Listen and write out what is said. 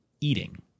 eating